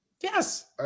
Yes